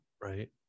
Right